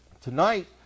Tonight